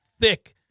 thick